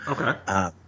Okay